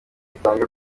itanga